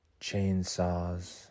Chainsaws